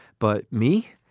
but me,